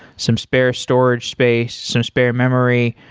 some spare storage space, some spare memory,